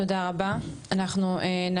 תודה דותן, אנחנו נתמקד.